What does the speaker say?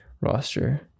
roster